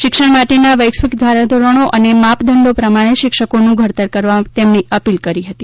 શિક્ષણ માટેના વૈશ્વિક ધારાધોરણો અને માપદંડો પ્રમાણે શિક્ષકોનું ઘડતર કરવા તેમણે અપીલ કરી હતી